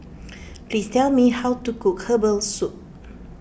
please tell me how to cook Herbal Soup